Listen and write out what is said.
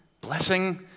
blessing